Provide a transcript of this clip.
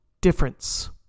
difference